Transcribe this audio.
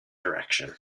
direction